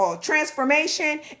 transformation